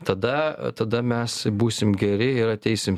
tada tada mes būsim geri ir ateisim